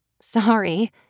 Sorry